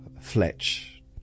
Fletch